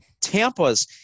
Tampa's